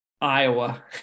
Iowa